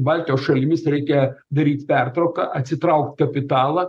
baltijos šalimis reikia daryt pertrauką atsitraukt kapitalą